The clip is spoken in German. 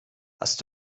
hast